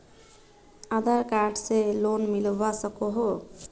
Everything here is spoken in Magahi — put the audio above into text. आधार कार्ड से की लोन मिलवा सकोहो?